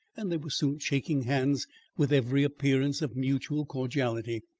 and they were soon shaking hands with every appearance of mutual cordiality.